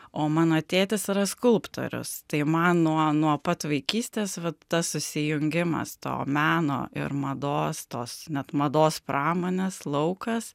o mano tėtis yra skulptorius tai man nuo nuo pat vaikystės vat tas susijungimas to meno ir mados tos net mados pramonės laukas